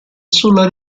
sulla